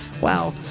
Wow